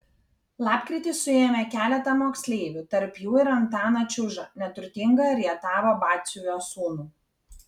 lapkritį suėmė keletą moksleivių tarp jų ir antaną čiužą neturtingą rietavo batsiuvio sūnų